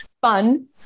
fun